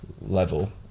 level